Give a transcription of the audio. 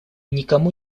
никому